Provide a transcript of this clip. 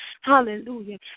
Hallelujah